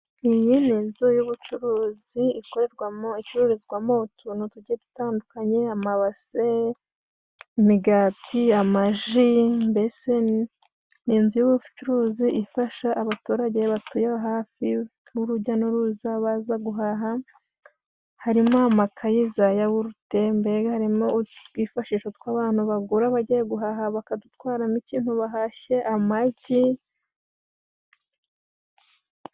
Iyi ni inzu y'ubucuruzi ikorerwamo icururizwamo utuntu tugiye dutandukanye, amabase ,imigati, amaji mbese ni inzu y'ubucuruzi ifasha abaturage batuye hafi ,nk'urujya n'uruza baza guhaha. Harimo amakayi za yawurute mbega harimo utwifashisho tw'abantu bagura abagiye guhaha bakadutwaramo ikintu bahashye amagi.